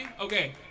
Okay